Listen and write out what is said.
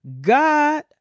God